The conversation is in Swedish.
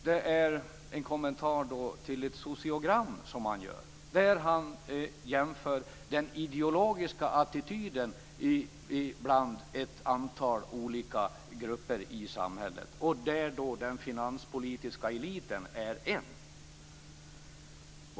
Det är en kommentar till ett sociogram som han gör, där han jämför den ideologiska attityden hos ett antal olika grupper i samhället. Den finanspolitiska eliten är en.